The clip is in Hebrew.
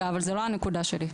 זאת לא הנקודה שלי.